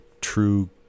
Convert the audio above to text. true